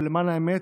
ולמען האמת,